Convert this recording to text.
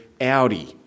Audi